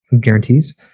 guarantees